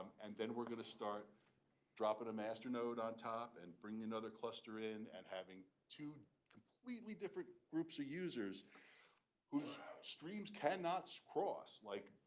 and then we're going to start dropping a master node on top and bring another cluster in and having two completely different groups of users whose streams cannot so cross. like,